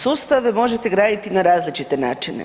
Sustave možete graditi na različite načine.